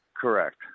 Correct